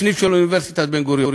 סניף של אוניברסיטת בן-גוריון,